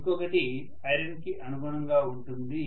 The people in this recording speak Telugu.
ఇంకొకటి ఐరన్ కి అనుగుణంగా ఉంటుంది